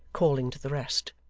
calling to the rest!